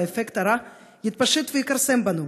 והאפקט הרע יתפשט ויכרסם בנו.